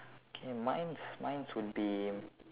okay mine's mine's would be